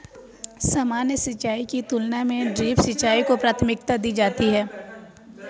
सामान्य सिंचाई की तुलना में ड्रिप सिंचाई को प्राथमिकता दी जाती है